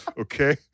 Okay